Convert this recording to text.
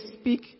speak